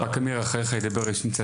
במרכז.